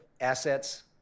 assets